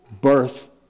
birth